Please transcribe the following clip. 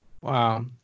Wow